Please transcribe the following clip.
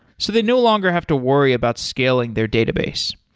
so they no longer have to worry about scaling their database.